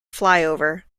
flyover